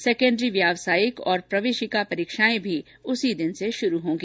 secondary व्यावसायिक और प्रवेशिका परीक्षायें भी उसी दिन से शुरू होंगी